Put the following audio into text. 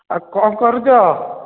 ଆଉ କ'ଣ କରୁଛ